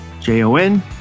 J-O-N